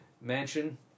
mansion